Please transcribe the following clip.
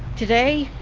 today,